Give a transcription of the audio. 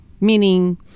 meaning